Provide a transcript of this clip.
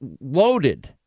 loaded